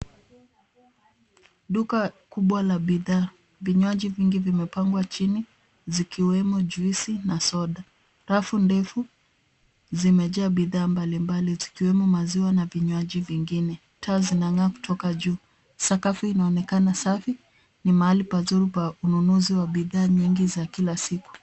Duka kubwa la bidhaa. Vinywaji vingi vimepangwa chini, zikiwemo juisi na soda. Rafu ndefu zimejaa bidhaa mbalimbali zikiwemo maziwa na vinywaji vingine. Taa zinang'aa kutoka juu. Sakafu inaonekana safi. Ni mahali pazuri pa ununuzi wa bidhaa nyingi za kila siku.